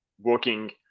working